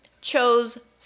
chose